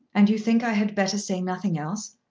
and you think i had better say nothing else.